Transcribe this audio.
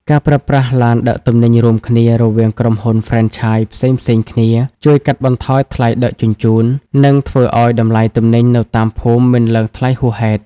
ការប្រើប្រាស់ "ឡានដឹកទំនិញរួមគ្នា" រវាងក្រុមហ៊ុនហ្វ្រេនឆាយផ្សេងៗគ្នា ជួយកាត់បន្ថយថ្លៃដឹកជញ្ជូន និងធ្វើឱ្យតម្លៃទំនិញនៅតាមភូមិមិនឡើងថ្លៃហួសហេតុ។